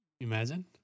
Imagine